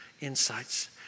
insights